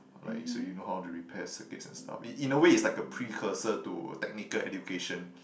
like so you know how to repair circuits and stuff in in a way it's a precursor to technical education